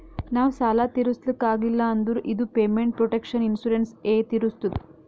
ನಾವ್ ಸಾಲ ತಿರುಸ್ಲಕ್ ಆಗಿಲ್ಲ ಅಂದುರ್ ಇದು ಪೇಮೆಂಟ್ ಪ್ರೊಟೆಕ್ಷನ್ ಇನ್ಸೂರೆನ್ಸ್ ಎ ತಿರುಸ್ತುದ್